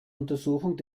untersuchung